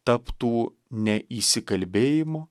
taptų ne įsikalbėjimu